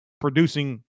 producing